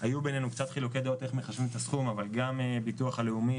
היו בינינו קצת חילוקי דעות איך מחשבים את הסכום אבל גם ביטוח לאומי